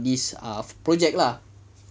this ah project lah